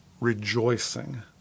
rejoicing